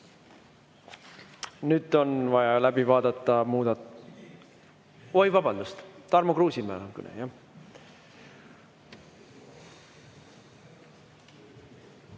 Nüüd on vaja läbi vaadata muudatus ... Oi, vabandust! Tarmo Kruusimäe. Tänan, hea